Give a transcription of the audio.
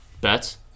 bets